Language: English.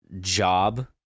job